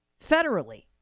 federally